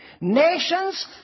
Nations